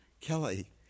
Kelly